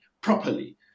properly